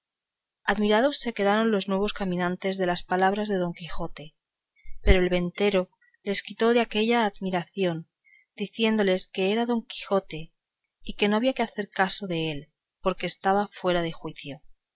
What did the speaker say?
admirados se quedaron los nuevos caminantes de las palabras de don quijote pero el ventero les quitó de aquella admiración diciéndoles que era don quijote y que no había que hacer caso dél porque estaba fuera de juicio